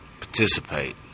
participate